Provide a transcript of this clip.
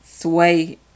Sway